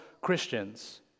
Christians